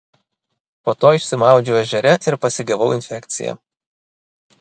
po to išsimaudžiau ežere ir pasigavau infekciją